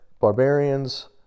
barbarians